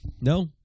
No